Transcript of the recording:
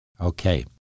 Okay